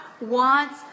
wants